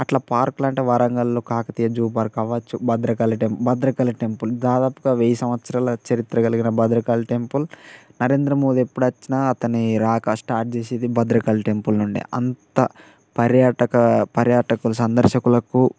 అట్లా పార్క్లు అంటే వరంగల్లో కాకతీయ జూ పార్క్ అవ్వచ్చు భద్రకాళి టెం భద్రకాళి టెంపుల్ దాదాపుగా వెయ్యి సంవత్సరాల చరిత్ర కలిగిన భద్రకాళి టెంపుల్ నరేంద్ర మోదీ ఎప్పుడు వచ్చినా అతని రాక స్టార్ట్ చేసేది భద్రకాళి టెంపుల్ నుండి అంత పర్యాటక పర్యాటకుల సందర్శకులకు